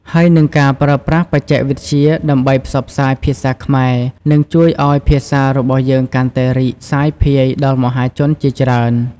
ហើយនិងការប្រើប្រាស់បច្ចេកវិទ្យាដើម្បីផ្សព្វផ្សាយភាសាខ្មែរ នឹងជួយឲ្យភាសារបស់យើងកាន់តែរីកសាយភាយដល់មហាជនជាច្រើន។